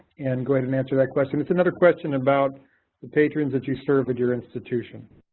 and go ahead and answer that question. it's another question about the patrons that you serve at your institution.